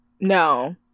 No